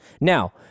Now